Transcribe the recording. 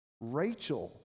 Rachel